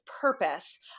purpose